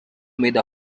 made